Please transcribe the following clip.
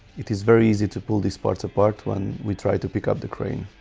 it is very easy to pull these parts apart when we try to pick up the crane